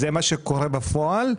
זה מה שקורה בפועל,